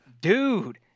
Dude